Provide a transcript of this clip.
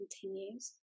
continues